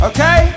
Okay